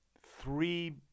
three